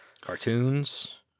cartoons –